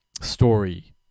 story